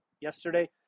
yesterday